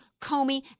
Comey